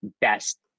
best